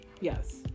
Yes